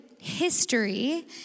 history